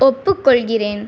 ஒப்புக்கொள்கிறேன்